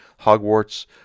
Hogwarts